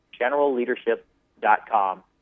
generalleadership.com